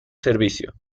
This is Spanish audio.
servicio